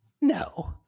No